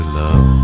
love